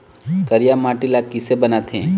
करिया माटी ला किसे बनाथे?